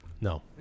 No